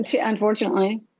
unfortunately